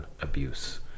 abuse